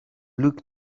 look